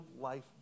life